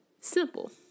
Simple